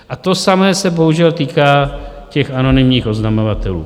A to samé se bohužel týká těch anonymních oznamovatelů.